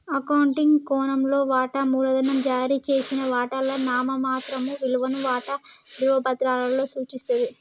accounting కోణంలో, వాటా మూలధనం జారీ చేసిన వాటాల నామమాత్రపు విలువను వాటా ధృవపత్రాలలో సూచిస్తది